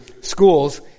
schools